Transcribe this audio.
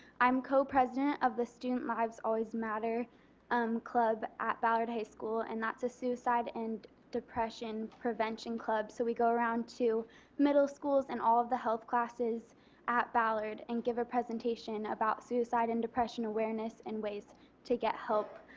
i am co-president of the student lives always matter um club at ballard high school and that is a suicide and depression prevention club so we go around to middle schools and all of the health classes at ballard and give a presentation about suicide and depression awareness and ways to get help.